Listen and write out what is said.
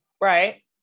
Right